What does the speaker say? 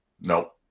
Nope